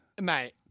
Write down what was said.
mate